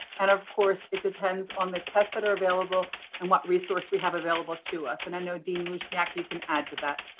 and of course, it depends on the tests that are available and what resources we have available to us. and i know dean lushniak, you can add to that.